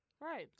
Right